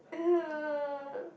uh